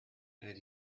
and